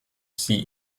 sie